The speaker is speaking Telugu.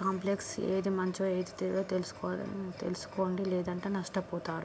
కాంప్లెక్స్ ఏది మంచి ఏది చెడో తెలుసుకోవాలి తెలుసుకోండి లేదంటే నష్టపోతారు